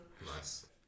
Nice